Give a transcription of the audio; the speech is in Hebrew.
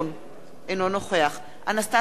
אינו נוכח אנסטסיה מיכאלי,